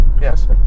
Yes